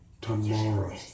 tomorrow